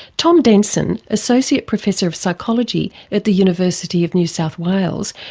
tom denson, associate professor of psychology at the university of new south wales,